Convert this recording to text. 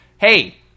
hey